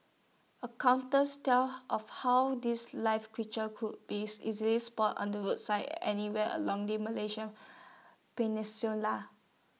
tell of how these live creatures could be easily spotted on the roadside anywhere along the Malaysian peninsula